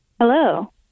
hello